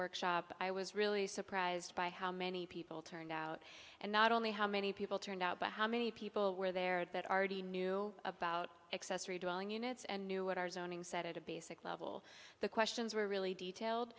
workshop i was really surprised by how many people turned out and not only how many people turned out but how many people were there that r t knew about accessory dwelling units and knew what i was owning said at a basic level the questions were really detailed